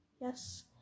Yes